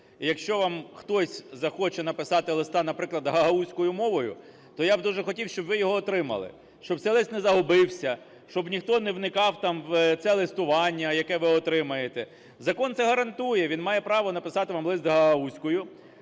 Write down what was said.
якщо вам хтось захоче написати листа, наприклад, гагаузькою мовою, то я б дуже хотів, щоб ви його отримали, щоб цей лист не загубився, щоб ніхто не вникав, там, в це листування, яке ви отримаєте. Закон це гарантує, він має право написати вам лист гагаузькою